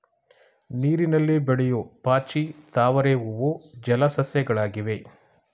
ನೀರಿನಲ್ಲಿ ಬೆಳೆಯೂ ಪಾಚಿ, ತಾವರೆ ಹೂವು ಜಲ ಸಸ್ಯಗಳಾಗಿವೆ